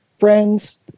friends